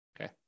Okay